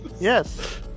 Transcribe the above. Yes